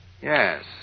Yes